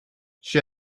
she